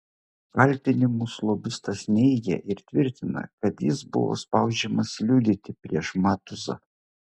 kaltinimus lobistas neigia ir tvirtina kad jis buvo spaudžiamas liudyti prieš matuzą